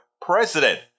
president